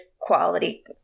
quality